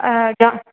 க